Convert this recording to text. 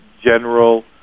general